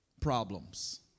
problems